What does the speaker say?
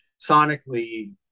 sonically